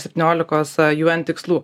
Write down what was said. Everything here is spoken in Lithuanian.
septyniolikos juent tikslų